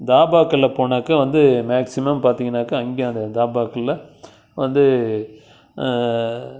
தாபாக்களில் போனாக்கா வந்து மேக்சிமம் பார்த்திங்கன்னாக்கா அங்கே அதே தான் தாபாக்களில் வந்து